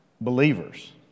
believers